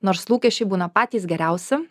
nors lūkesčiai būna patys geriausi